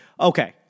Okay